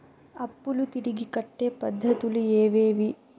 అప్పులు తిరిగి కట్టే పద్ధతులు ఏవేవి